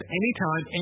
anytime